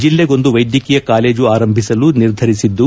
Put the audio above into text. ಜಿಲ್ಲೆಗೊಂದು ವೈದ್ಯಕೀಯ ಕಾಲೇಜು ಆರಂಭಿಸಲು ನಿರ್ಧರಿಸಿದ್ದು